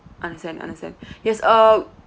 understand understand yes uh